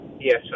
Yes